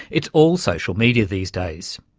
it's all social media these days.